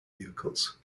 vehicles